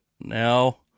Now